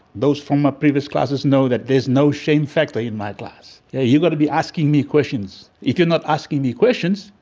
those from my previous classes know that there's no shame factor in my class. yeah you gotta be asking me questions. if you're not asking me questions,